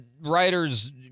writers